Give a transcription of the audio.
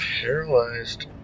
paralyzed